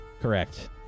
Correct